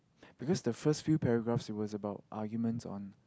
because the first few paragraph is was about argument on